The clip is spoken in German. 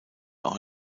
auch